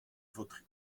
votre